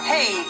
Hey